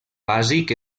bàsic